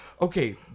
okay